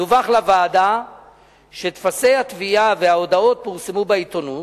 דווח לוועדה שטופסי התביעה וההודעות פורסמו בעיתונות